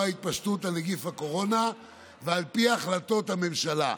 התפשטות של נגיף הקורונה ועל פי החלטות הממשלה.